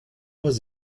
was